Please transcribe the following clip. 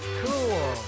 cool